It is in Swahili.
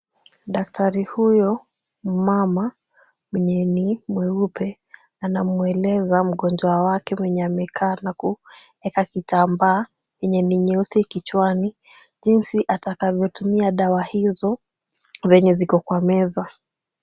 Daktari huyu mumama mwenye ni mweupe anamweleza mgonjwa wake mwenye amekaa na kueka kitambaa yenye ni nyeusi kichwani jinsi atakavyotumia dawa hizo zenye ziko kwa meza.